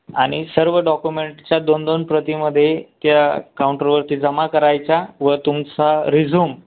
आणि सर्व डॉक्युमेंटस्च्या दोन दोन प्रतीमध्ये त्या काउंटरवरती जमा करायच्या व तुमचा रिझ्यूम